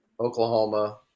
Oklahoma